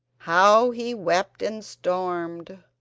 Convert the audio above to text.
how he wept and stormed!